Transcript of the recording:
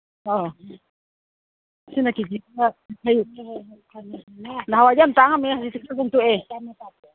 ꯑꯧ ꯁꯤꯅ ꯀꯦ ꯖꯤꯗ ꯌꯥꯡꯈꯩ ꯅꯍꯥꯟꯋꯥꯏꯗꯤ ꯌꯥꯝ ꯇꯥꯡꯉꯝꯃꯦ ꯍꯧꯖꯤꯛꯇꯤ ꯈꯔ ꯍꯣꯡꯇꯣꯛꯑꯦ